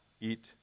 eat